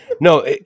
No